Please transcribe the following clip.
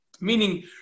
meaning